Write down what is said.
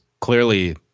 clearly